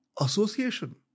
association